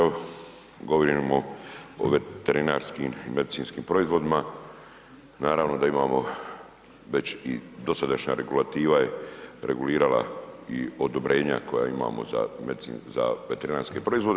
Evo, govorimo o veterinarskim i medicinskim proizvodima, naravno da imamo, već i dosadašnja regulativa je regulirala i odobrenja koja imamo za veterinarske proizvode.